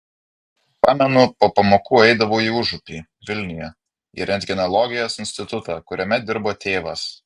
pamenu po pamokų eidavau į užupį vilniuje į rentgenologijos institutą kuriame dirbo tėvas